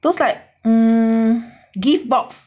those like um gift box